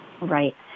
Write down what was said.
Right